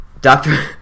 Doctor